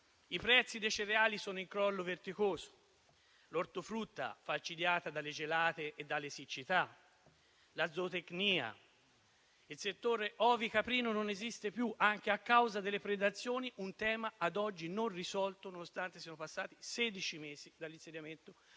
I prezzi dei cereali sono in crollo vertiginoso e l'ortofrutta è falcidiata dalle gelate e dalle siccità. Cito anche la zootecnia e ricordo che il settore ovicaprino non esiste più, anche a causa delle predazioni: un tema ad oggi non risolto, nonostante siano passati sedici mesi dall'insediamento